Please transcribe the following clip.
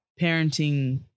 parenting